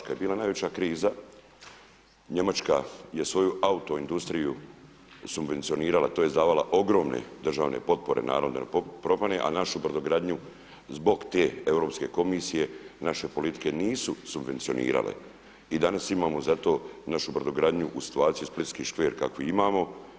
Kada je bila najveća kriza Njemačka je svoju autoindustriju subvencionirala tj. davala ogromne državne potpore naravno da ne propadne, a našu brodogradnju zbog te Europske komisije naše politike nisu subvencionirale i danas imamo zato našu brodogradnju u situaciju Splitski škver kakvi imamo.